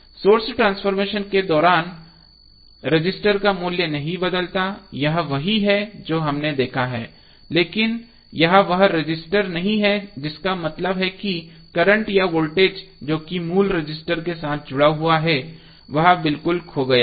source transformation के दौरान register का मूल्य नहीं बदलता है यह वही है जो हमने देखा है लेकिन यह वह रजिस्टर नहीं है जिसका मतलब है कि करंट या वोल्टेज जो कि मूल रजिस्टर के साथ जुड़ा हुआ है वह बिल्कुल खो गया है